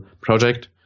project